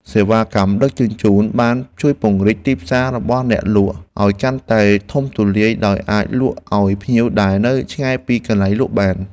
សេវាកម្មដឹកជញ្ជូនបានជួយពង្រីកទីផ្សាររបស់អ្នកលក់ឱ្យកាន់តែធំទូលាយដោយអាចលក់ឱ្យភ្ញៀវដែលនៅឆ្ងាយពីកន្លែងលក់បាន។